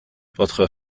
votre